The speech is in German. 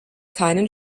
keinen